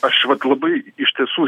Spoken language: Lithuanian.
aš vat labai iš tiesų